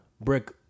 Brick